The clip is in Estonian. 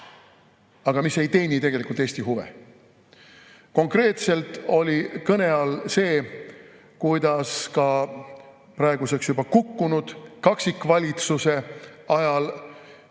aga mis ei teeni tegelikult Eesti huve. Konkreetselt oli kõne all see, kuidas praeguseks juba kukkunud kaksikvalitsuse ajal